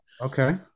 Okay